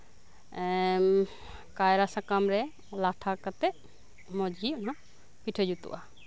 ᱠᱟᱭᱨᱟ ᱥᱟᱠᱟᱢ ᱨᱮ ᱞᱟᱴᱷᱟ ᱠᱟᱛᱮᱜ ᱢᱚᱸᱡᱽᱜᱮ ᱚᱱᱟ ᱯᱤᱴᱷᱟᱹ ᱡᱩᱛᱩᱜᱼᱟ